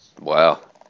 Wow